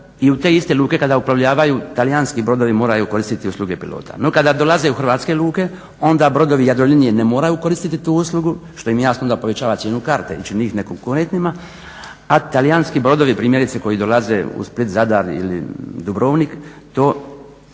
i u te iste luke kada uplovljavaju talijanski brodovi moraju koristiti usluge pilota. No kada dolaze u hrvatske luke onda brodovi Jadrolinije ne moraju koristiti tu uslugu što im jasno povećava cijenu karte i čini ih nekonkurentnima, a talijanski brodovi primjerice koji dolaze u Split, Zadar ili Dubrovnik to